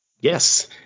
Yes